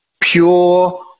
pure